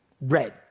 red